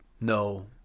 No